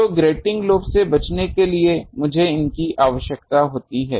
तो grating lobe से बचने के लिए मुझे इनकी आवश्यकता होती है